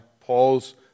Paul's